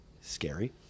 Scary